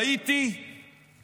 ולא הייתי מבטל